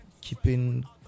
keeping